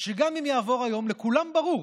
שגם אם יעבור היום, לכולם ברור